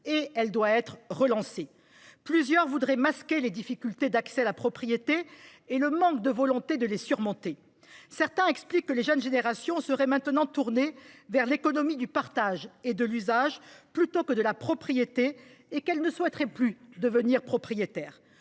et doit être relancée. Plusieurs voudraient masquer les difficultés d’accès à la propriété et le manque de volonté de les surmonter. Certains expliquent que les jeunes générations seraient maintenant tournées vers l’économie du partage et de l’usage plutôt que vers celle de la propriété et qu’elles ne souhaiteraient plus devenir propriétaires.